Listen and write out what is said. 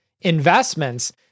investments